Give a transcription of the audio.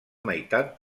meitat